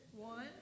One